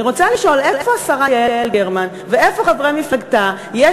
אני רוצה לשאול: איפה השרה יעל גרמן ואיפה חברי מפלגתה יש